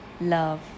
love